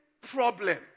problem